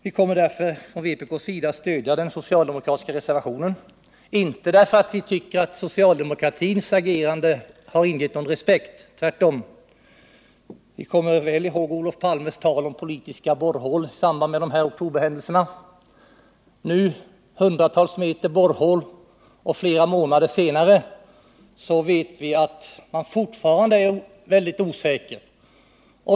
Vi kommer därför från vpk:s sida att stödja den socialdemokratiska reservationen, inte därför att vi tycker att socialdemokraternas agerande har ingivit respekt — tvärtom. Vi kommer väl ihåg Olof Palmes tal om politiska borrhål i samband med oktoberhändelserna. Nu, hundratals meter borrhål och flera månader senare, vet vi att man fortfarande är väldigt osäker.